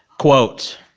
quote,